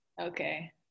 Okay